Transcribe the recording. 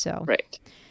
Right